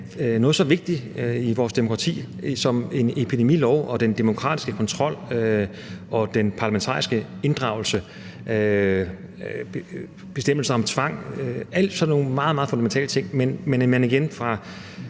noget så vigtigt i vores demokrati som en epidemilov og den demokratiske kontrol og den parlamentariske inddragelse og bestemmelser om tvang – alle sammen sådan nogle meget, meget fundamentale ting. Jeg må